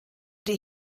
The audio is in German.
die